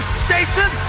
station